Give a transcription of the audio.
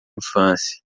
infância